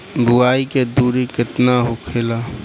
बुआई के दूरी केतना होखेला?